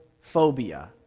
phobia